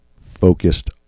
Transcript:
focused